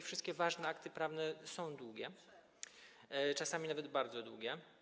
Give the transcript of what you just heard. Wszystkie ważne akty prawne są długie, czasami nawet bardzo długie.